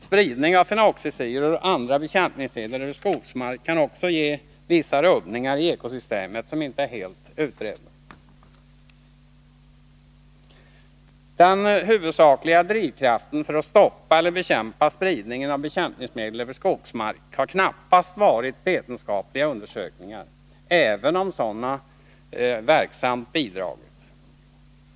Spridning av fenoxisyror och andra bekämpningsmedel över skogsmark kan också ge vissa rubbningar i ekosystemen som inte helt är utredda. Den huvudsakliga drivkraften för att stoppa eller bekämpa spridningen av bekämpningsmedel över skogsmark har knappast varit vetenskapliga undersökningar, även om sådana verksamt bidragit.